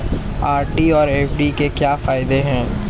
RD और FD के क्या फायदे हैं?